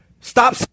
stop